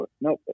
Nope